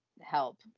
help